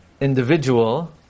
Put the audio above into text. individual